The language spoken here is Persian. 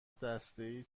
دستهای